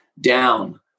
down